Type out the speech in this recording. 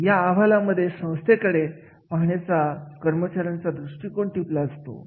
या अहवालामध्ये संस्थेकडे पाहण्याचा कर्मचाऱ्यांचा दृष्टिकोन टिपलेला असतो